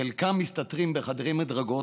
חלקם מסתתרים בחדרי מדרגות,